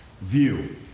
view